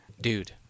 Dude